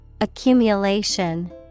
Accumulation